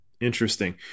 Interesting